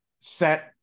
set